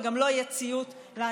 וגם לא יהיה ציות להנחיות,